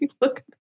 look